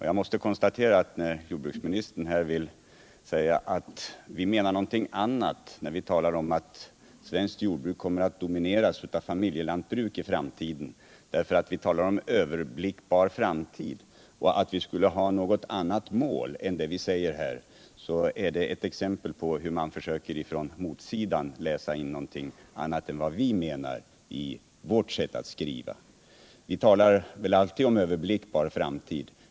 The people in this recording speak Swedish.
Jag måste konstatera att när jordbruksministern påstår att vi, därför att vi talar om en överblickbar framtid, menar någonting annat när vi säger att svenskt jordbruk kommer att domineras av familjejordbruken i framtiden och att vi skulle ha något annat mål än vi här ger uttryck för, är det ett exempel på hur man från motsidan försöker läsa in någonting annat än vad vi menar med vårt sätt att skriva. Man talar väl alltid om överblickbar framtid.